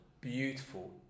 beautiful